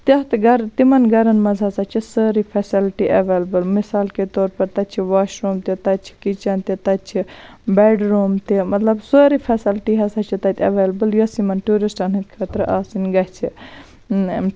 تتھ گَرٕ تِمَن گَرَن مَنٛز ہَسا چھِ سٲرٕے فیسَلٹی ایٚولیبٕل مِثال کے طور پَر تَتہِ چھِ واش روٗم تہِ تَتہِ چھِ کِچَن تہِ تَتہِ چھِ بیٚڈ روٗم تہِ مَطلَب سٲرٕے فیسَلٹی ہَسا چھِ تَتہِ ایٚولیبٕل یۄس یِمَن ٹیورِسٹَن ہٕنٛدۍ خٲطرٕ آسن گَژھِ